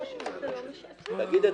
אבנר.